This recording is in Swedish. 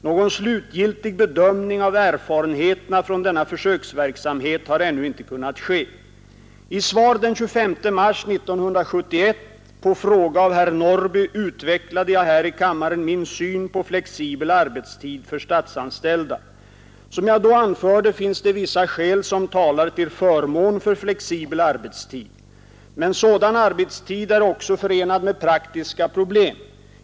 Någon slutgiltig bedömning av erfarenheterna från denna försöksverksamhet har ännu inte kunnat ske. I svar av den 25 mars 1971 på fråga av herr Norrby utvecklade jag här i kammaren min syn på flexibel arbetstid för statsanställda. Som jag då anförde finns det vissa skäl som talar till förmån för flexibel arbetstid. Men sådan arbetstid är också förenad med praktiska problem.